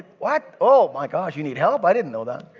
what? oh, my gosh. you needed help? i didn't know that.